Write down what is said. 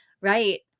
Right